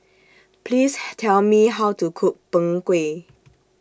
Please Tell Me How to Cook Png Kueh